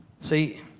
See